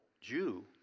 Jew